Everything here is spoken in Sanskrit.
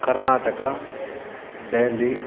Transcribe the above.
कर्नाटकः डेल्ली